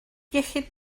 iechyd